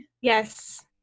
yes